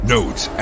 Notes